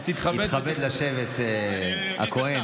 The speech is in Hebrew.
אז תתכבד, תתכבד לשבת, הכוהן.